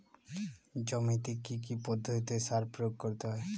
জমিতে কী কী পদ্ধতিতে সার প্রয়োগ করতে হয়?